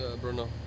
Bruno